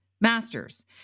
masters